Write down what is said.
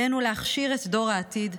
עלינו להכשיר את דור העתיד,